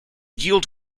yield